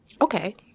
Okay